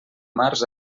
març